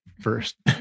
first